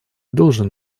должен